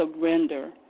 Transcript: Surrender